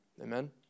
Amen